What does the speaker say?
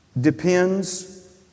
depends